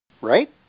Right